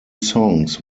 songs